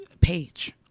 page